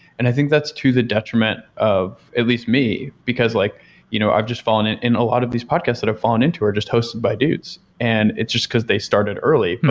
and i think that's to the detriment of at least me, because like you know i've just fallen in in a lot of these podcasts that have fallen into are just hosted by dudes, and it's just because they started early,